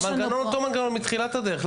המנגנון הוא אותו מנגנון מתחילת הדרך.